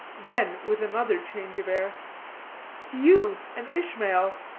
then with another change of air to you, an ishmael,